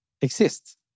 exist